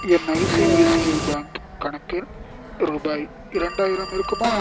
என் ICICI bank கணக்கில் ரூபாய் இரண்டாயிரம் இருக்குமா